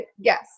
yes